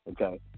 okay